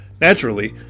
Naturally